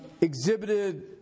exhibited